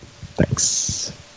thanks